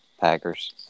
Packers